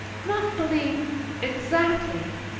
not believe exactly,